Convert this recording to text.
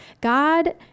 God